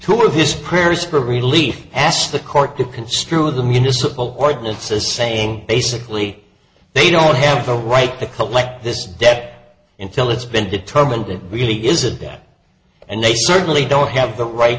sure his prayers for relief asked the court to construe the municipal ordinances saying basically they don't have a right to collect this debt until it's been determined it really is a debt and they certainly don't have the right